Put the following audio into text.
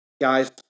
Guys